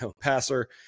passer